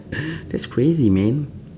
that's crazy man